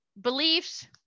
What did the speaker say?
beliefs